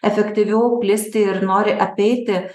efektyviau plisti ir nori apeiti